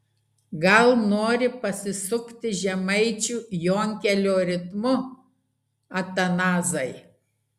gal nori pasisukti žemaičių jonkelio ritmu atanazai